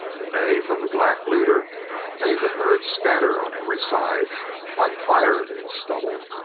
a neigh from the black leader made the herd scatter on every side like fire in stubble.